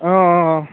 অঁ অঁ